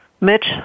Mitch